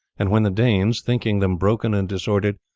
and when the danes, thinking them broken and disordered,